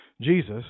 Jesus